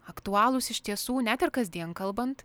aktualūs iš tiesų net ir kasdien kalbant